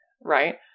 right